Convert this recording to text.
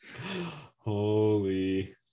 Holy